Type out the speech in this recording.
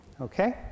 Okay